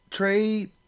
Trade